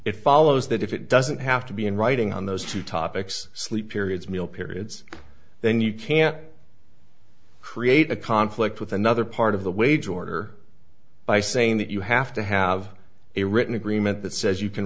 it follows that if it doesn't have to be in writing on those two topics sleep periods meal periods then you can't create a conflict with another part of the wage order by saying that you have to have a written agreement that says you can